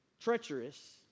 treacherous